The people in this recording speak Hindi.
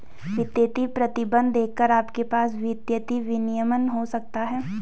वित्तीय प्रतिबंध देखकर आपके पास वित्तीय विनियमन हो सकता है